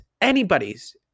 anybody's